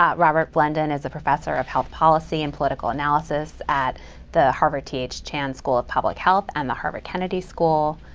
ah robert blendon is a professor of health policy and political analysis at the harvard th chan school of public health, and the harvard kennedy school.